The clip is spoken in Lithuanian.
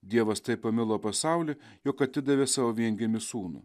dievas taip pamilo pasaulį jog atidavė savo viengimį sūnų